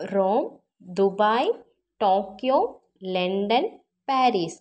Rome Dubai Tokyo London Paris